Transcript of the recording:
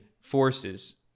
forces